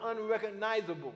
unrecognizable